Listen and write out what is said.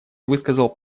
высказал